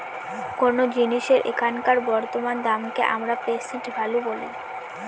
কোনো জিনিসের এখনকার বর্তমান দামকে আমরা প্রেসেন্ট ভ্যালু বলি